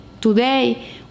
today